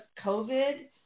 COVID